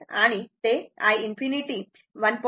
आणि ते i ∞ 1